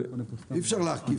אי-אפשר להקיף הכול.